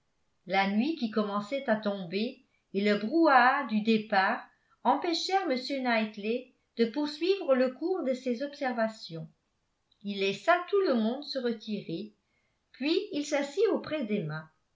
la nuit qui commençait à tomber et le brouhaha du départ empêchèrent m knightley de poursuivre le cours de ses observations il laissa tout le monde se retirer puis il s'assit